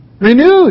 Renewed